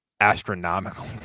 astronomical